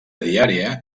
diària